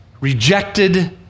rejected